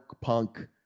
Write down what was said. punk